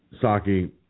Saki